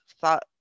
thought